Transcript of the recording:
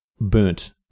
burnt